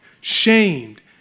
shamed